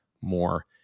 more